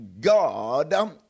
God